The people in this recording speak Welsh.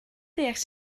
deall